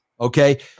okay